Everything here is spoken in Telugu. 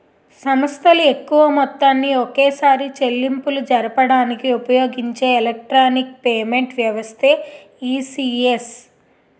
సంస్థలు ఎక్కువ మొత్తాన్ని ఒకేసారి చెల్లింపులు జరపడానికి ఉపయోగించే ఎలక్ట్రానిక్ పేమెంట్ వ్యవస్థే ఈ.సి.ఎస్